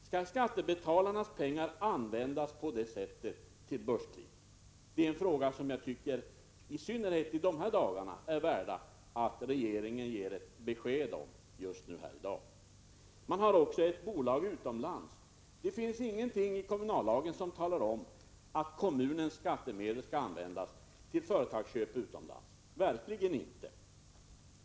Skall skattebetalarnas pengar användas på det sättet? Det är en fråga som jag tycker att det är angeläget att regeringen, i synnerhet i dessa dagar, ger ett svar på. Man har också ett bolag utomlands. Det finns ingenting i kommunallagen som säger att kommunens skattemedel skall användas till företagsköp utomlands. Verkligen inte!